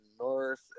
north